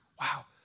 Wow